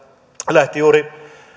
lähti juuri